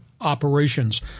operations